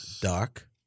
Dark